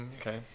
Okay